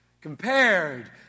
compared